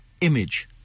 image